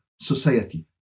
society